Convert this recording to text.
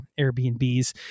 Airbnbs